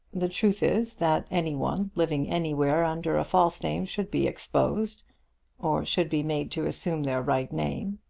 the truth is, that any one living anywhere under a false name should be exposed or should be made to assume their right name.